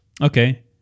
Okay